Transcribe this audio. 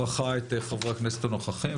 אני מקדם בברכה את חברי הכנסת הנוכחים,